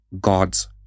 God's